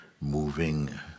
moving